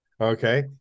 Okay